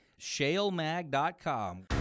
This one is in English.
shalemag.com